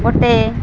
ଗୋଟେ